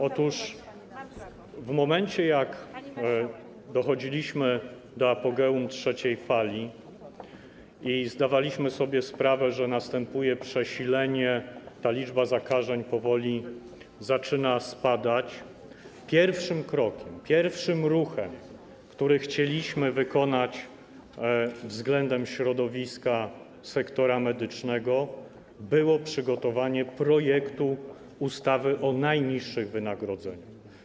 Otóż w momencie gdy dochodziliśmy do apogeum trzeciej fali i zdawaliśmy sobie sprawę, że następuje przesilenie, liczba zakażeń powoli zaczyna spadać, pierwszym krokiem, pierwszym ruchem, który chcieliśmy wykonać względem środowiska sektora medycznego, było przygotowanie projektu ustawy o najniższych wynagrodzeniach.